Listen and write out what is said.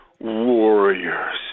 Warriors